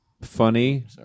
funny